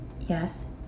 Yes